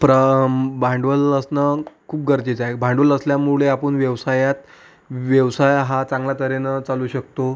प्रथम भांडवल असणं खूप गरजेचं आहे भांडवल असल्यामुळे आपण व्यवसायात व्यवसाय हा चांगल्या तऱ्हेनं चालू शकतो